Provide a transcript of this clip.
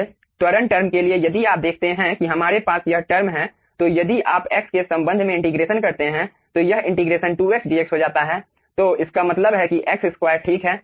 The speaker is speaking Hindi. फिर त्वरण टर्म के लिए यदि आप देखते हैं कि हमारे पास यह टर्म है तो यदि आप x के संबंध में इंटीग्रेशन करते हैं तो यह इंटीग्रेशन 2x dx हो जाता है तो इसका मतलब है कि x2 ठीक है